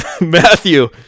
Matthew